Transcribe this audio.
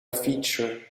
feature